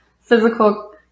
physical